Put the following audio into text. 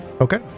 Okay